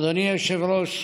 אדוני היושב-ראש,